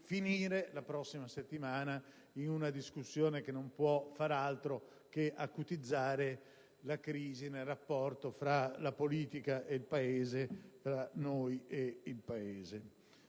che la prossima settimana si finisca in una discussione che non può far altro che acutizzare la crisi nel rapporto fra la politica e il Paese, tra noi e i